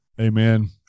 amen